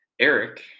Eric